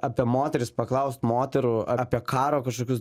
apie moteris paklaust moterų apie karo kažkokius